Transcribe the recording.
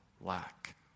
lack